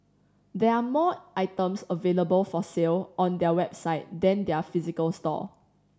there are more items available for sale on their website than their physical store